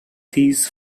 these